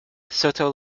soto